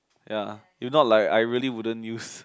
ya you not like I really wouldn't use